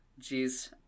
Jeez